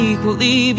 Equally